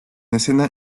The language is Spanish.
escena